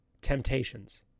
temptations